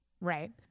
Right